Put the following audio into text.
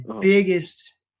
biggest